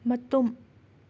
ꯃꯇꯨꯝ